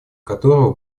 которого